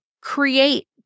create